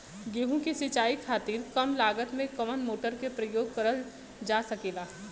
गेहूँ के सिचाई खातीर कम लागत मे कवन मोटर के प्रयोग करल जा सकेला?